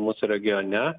mūsų regione